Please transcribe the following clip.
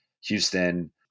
Houston